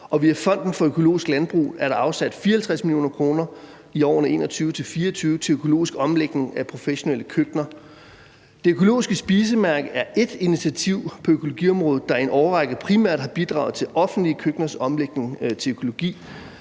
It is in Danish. via Fonden for økologisk landbrug er der afsat 54 mio. kr. i årene 2021-2024 til omlægning af professionelle køkkener til økologi. Det Økologiske Spisemærke er ét initiativ på økologiområdet, der en årrække primært har bidraget til offentlige køkkeners omlægning til økologi,